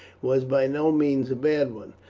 was by no means a bad one.